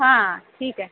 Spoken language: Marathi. हां ठीक आहे